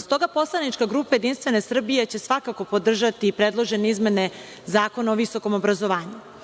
stoga će Poslanička grupa JS svakako podržati predložene izmene Zakona o visokom obrazovanju. Predložene